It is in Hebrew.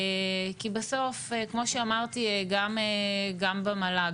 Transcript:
כי בסוף כמו שאמרתי גם במל"ג,